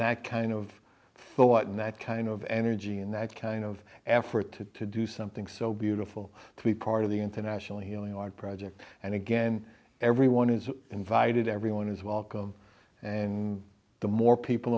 that kind of gotten that kind of energy and that kind of effort to do something so beautiful to be part of the internationally healing art project and again everyone is invited everyone is welcome and the more people